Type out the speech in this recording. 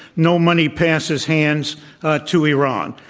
no money passes hands to iran.